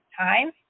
time